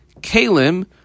Kalim